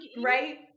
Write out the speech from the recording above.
right